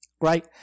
right